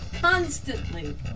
Constantly